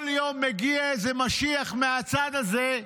כל יום מגיע איזה משיח מהצד הזה,